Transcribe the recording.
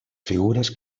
figuras